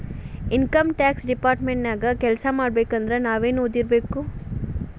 Income tax department ನ್ಯಾಗ್ ಕೆಲ್ಸಾಮಾಡ್ಬೇಕಂದ್ರ ನಾವೇನ್ ಒದಿರ್ಬೇಕು?